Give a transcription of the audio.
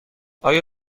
آیا